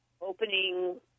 opening